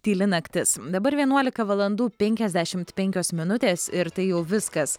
tyli naktis dabar vienuolika valandų penkiasdešimt penkios minutės ir tai jau viskas